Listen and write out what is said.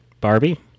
Barbie